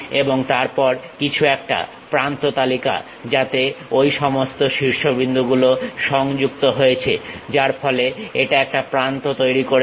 এবং তারপর কিছু একটা প্রান্ত তালিকা যাতে ঐ সমস্ত শীর্ষবিন্দুগুলো সংযুক্ত হয়েছে যার ফলে এটা একটা প্রান্ত তৈরি করেছে